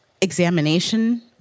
examination